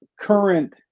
current